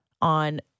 on